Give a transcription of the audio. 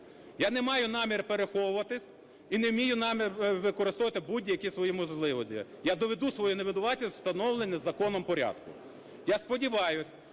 Я не маю намір переховуватись і не маю намір використовувати будь-які свої можливості. Я доведу свою невинуватість у встановленому законом порядку. Я сподіваюся,